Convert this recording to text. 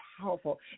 powerful